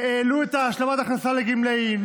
העלו את השלמת ההכנסה לגמלאים,